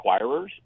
acquirers